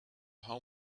how